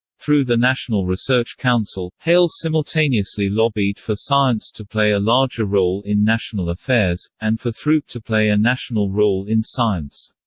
through the national research council, hale simultaneously lobbied for science to play a larger role in national affairs, and for throop to play a national role in science.